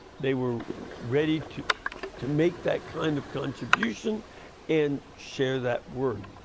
they were ready to to make that kind of contribution and share that word